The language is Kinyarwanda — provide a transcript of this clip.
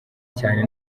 cyane